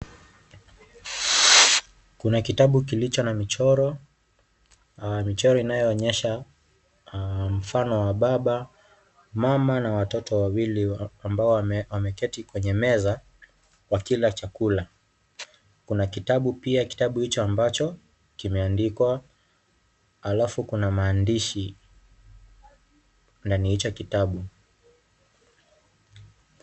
Kuna kitabu kilicho na michoro, michoro inayoonyesha mfano wa baba, mama na watoto wawili ambao wameketi kwenye meza wakila chakula. Kuna kitabu pia, kitabu hicho kimeandikwa , halafu kuna maandishi ndani ya hicho kitabu.